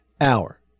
hour